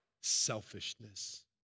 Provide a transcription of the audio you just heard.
selfishness